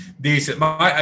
decent